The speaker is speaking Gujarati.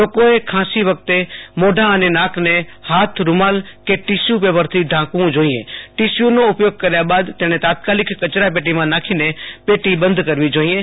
લોકોએ ખાંસી વખતે મોંઢા અને નાકને હાથરૂમાલ કે ટીસ્યુ પેપરથી ઢાંકવુ જોઈએ ટીસ્યુનો ઉપયોગ કર્યા બાદ તેણે તાત્કાલિક કચરા પેટીમાં નાખીને પેટી બંધ કરવી જોઈએ